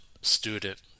student